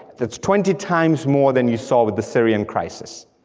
that's twenty times more than you saw with the syrian crisis.